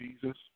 Jesus